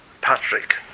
Patrick